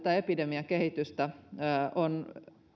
tätä epidemiakehitystä on